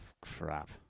Crap